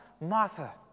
Martha